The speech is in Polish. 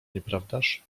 nieprawdaż